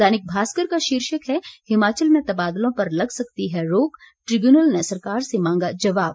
दैनिक भास्कर का शीर्षक है हिमाचल में तबादलों पर लग सकती है रोक ट्रिब्यूनल ने सरकार से मांगा जवाब